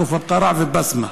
כפר קרע ובסמ"ה.